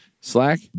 Slack